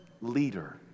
leader